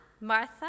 Martha